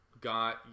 got